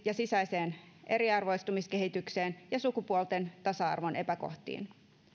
ja sisäiseen eriarvoistumiskehitykseen ja sukupuolten tasa arvon epäkohtiin